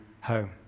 home